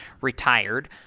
retired